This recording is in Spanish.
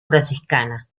franciscana